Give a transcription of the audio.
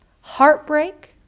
heartbreak